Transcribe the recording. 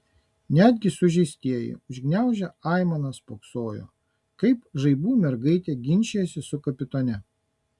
netgi sužeistieji užgniaužę aimanas spoksojo kaip žaibų mergaitė ginčijasi su kapitone